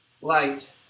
Light